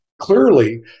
Clearly